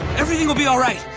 everything will be alright!